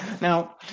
Now